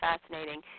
fascinating